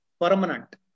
permanent